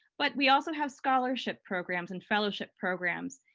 but we also have scholarship programs and fellowship programs,